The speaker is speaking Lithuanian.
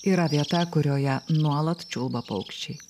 yra vieta kurioje nuolat čiulba paukščiai